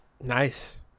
Nice